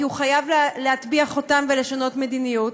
כי הוא חייב להטביע חותם ולשנות מדיניות.